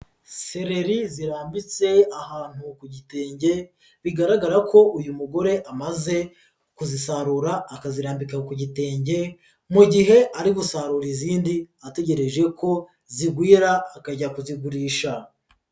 Sereri zirambitse ahantu ku gitenge, bigaragara ko uyu mugore amaze kuzisarura akazirambika ku gitenge, mu gihe ari gusarura izindi ategereje ko zigwira akajya kuzigurisha.